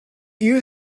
you